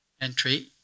entry